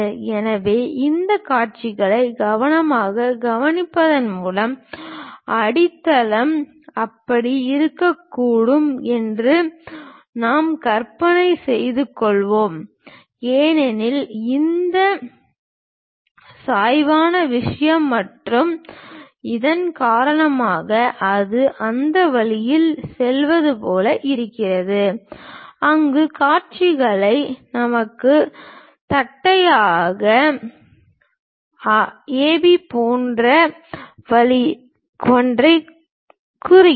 எனவே இந்தக் காட்சிகளை கவனமாகக் கவனிப்பதன் மூலம் அடித்தளம் அப்படி இருக்கக்கூடும் என்று நாம் கற்பனை செய்து கொள்ளலாம் ஏனெனில் இந்த சாய்வான விஷயம் மற்றும் இதன் காரணமாக அது அந்த வழியில் செல்வது போல இருக்கலாம் அங்கு காட்சிகள் நமக்கு ஒரு தட்டையான அடி போன்ற ஒன்றைக் கூறுகின்றன